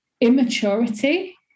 immaturity